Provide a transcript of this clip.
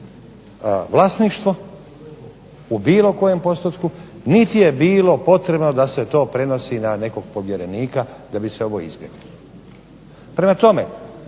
vlasništvo u bilo kojem postotku, niti je bilo potrebno da se to prenosi na nekom povjerenika da bi se ovo izbjeglo. Prema tome,